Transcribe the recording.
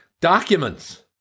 Documents